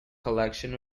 collection